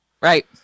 Right